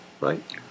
right